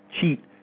cheat